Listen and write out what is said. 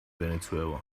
venezuela